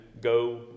go